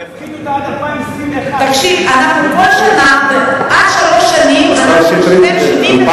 מגדילים את האגרה ויפחיתו אותה עד 2021. חבר הכנסת שטרית,